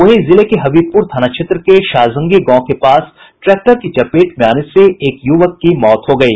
वहीं जिले के हबीबपुर थाना क्षेत्र के शाजंगी गांव के पास ट्रैक्टर की चपेट में आने से एक युवक की मौत हो गयी